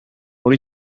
what